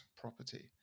property